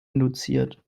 induziert